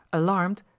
alarmed,